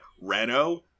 Renault